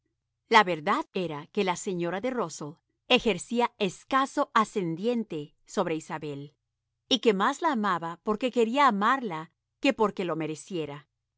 la verdad era que la señora de rusell ejercía escaso ascendiente sobre isabel y que más la amaba porque quería amarla que porque lo mereciera